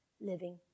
living